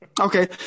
Okay